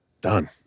Done